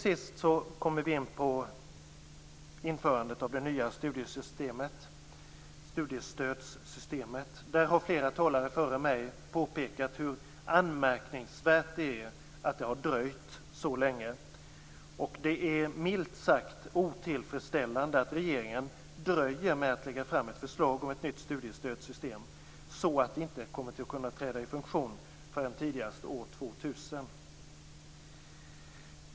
Sist kommer vi in på införandet av det nya studiestödssystemet. Där har flera talare före mig påpekat hur anmärkningsvärt det är att det har dröjt så länge. Det är milt sagt otillfredsställande att regeringen dröjer med att lägga fram ett förslag om ett nytt studiestödssystem så att det inte kommer att träda i funktion förrän tidigast år 2000.